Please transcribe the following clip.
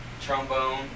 trombone